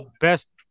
best